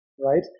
right